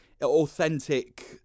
authentic